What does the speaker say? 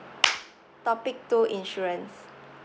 topic two insurance